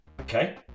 Okay